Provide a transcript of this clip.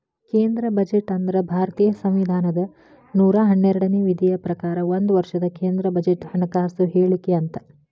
ಕೇಂದ್ರ ಬಜೆಟ್ ಅಂದ್ರ ಭಾರತೇಯ ಸಂವಿಧಾನದ ನೂರಾ ಹನ್ನೆರಡನೇ ವಿಧಿಯ ಪ್ರಕಾರ ಒಂದ ವರ್ಷದ ಕೇಂದ್ರ ಬಜೆಟ್ ಹಣಕಾಸು ಹೇಳಿಕೆ ಅಂತ